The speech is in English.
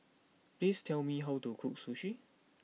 please tell me how to cook sushi